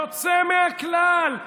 יוצא מהכלל.